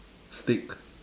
steak